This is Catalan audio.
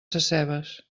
sescebes